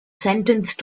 sentenced